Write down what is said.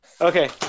Okay